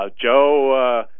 Joe